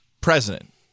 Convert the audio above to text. president